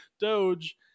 doge